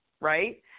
right